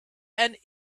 and